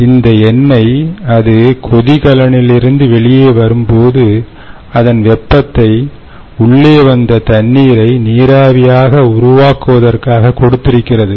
எனவே இந்த எண்ணெய் அது கொதிகலணிலிருந்து வெளியே வரும்போது அதன் வெப்பத்தை உள்ளே வந்த தண்ணீரை நீராவியாக உருவாக்குவதற்காக கொடுத்திருக்கிறது